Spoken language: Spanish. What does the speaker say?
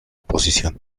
oposición